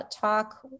talk